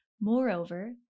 Moreover